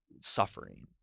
suffering